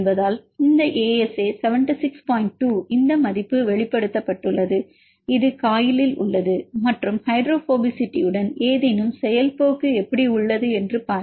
2 இந்த மதிப்பு வெளிப்படுத்தப்பட்டுள்ளது இது காயிலில் உள்ளது மற்றும் ஹைட்ரோபோபசிட்டியுடன் ஏதேனும் செயல் போக்கு எப்படி உள்ளது என்று பாருங்கள்